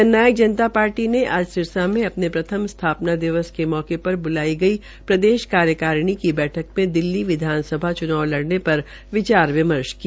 जन नायक जनता पार्टी ने आज सिरसा में अपने प्रथम स्थापना दिवस के मौके पर बुलाई गई प्रदेश कार्यकारिणी की बैठक मे दिल्ली विधानसभा चुनाव लड़ने पर विचार विमर्श किया